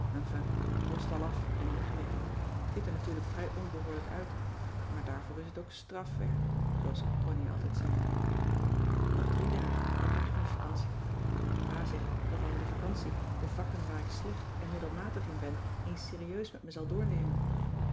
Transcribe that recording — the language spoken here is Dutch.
nu is t al af en ingeleverd t ziet er natuurlijk vrij onbehoorlijk uit maar daarvoor is t ook stràfwerk zooals connie altijd zegt nog drie dagen dan krijgen we vacantie pa zegt dat hij in de vacantie de vakken waar ik slecht en middelmatig in ben eens serieus met me zal doornemen